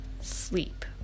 sleep